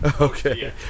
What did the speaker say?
Okay